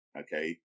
Okay